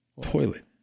Toilet